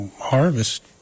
harvest